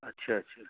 अच्छा अच्छा